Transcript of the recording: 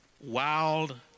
wild